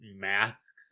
masks